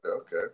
okay